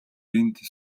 энд